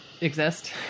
exist